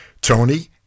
Tony